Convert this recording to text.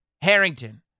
Harrington